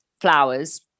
flowers